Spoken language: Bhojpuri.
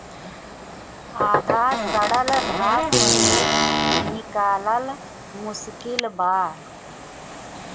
आधा सड़ल घास के निकालल मुश्किल बा